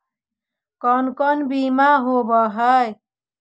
कोन कोन बिमा होवय है?